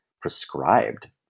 prescribed